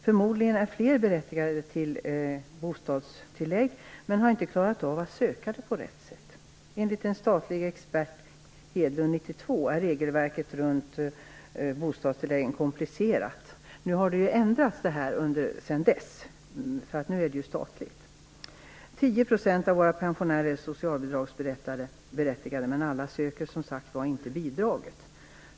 Förmodligen är fler än de pensionärer som nu får bostadstillägg berättigade till ett sådant, men de har inte klarat av att söka det på rätt sätt. En statlig expert konstaterade 1992 att regelverket kring bostadstilläggen var komplicerat. Detta har ju ändrats sedan dess - nu är det ju statligt. 10 % av våra pensionärer är socialbidragsberättigade, men alla söker som sagt inte bidraget.